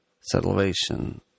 salvation